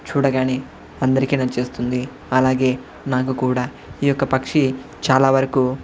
చూడగానే అందరికీ నచ్చేస్తుంది అలాగే నాకు కూడా ఈ యొక్క పక్షి చాలా వరకు